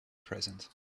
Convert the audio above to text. present